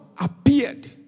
appeared